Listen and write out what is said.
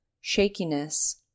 shakiness